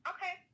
Okay